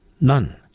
None